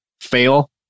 fail